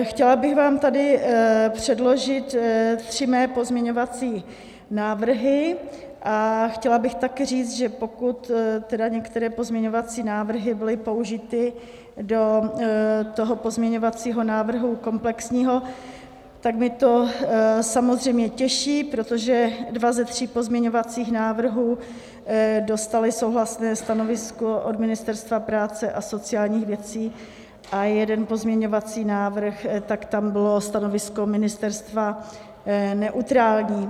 Chtěla bych vám tady předložit tři mé pozměňovací návrhy a chtěla bych také říct, že pokud některé pozměňovací návrhy byly použity do pozměňovacího návrhu komplexního, tak mě to samozřejmě těší, protože dva ze tří pozměňovacích návrhů dostaly souhlasné stanovisko od Ministerstva práce a sociálních věcí a u jednoho pozměňovacího návrhu bylo stanovisko ministerstva neutrální.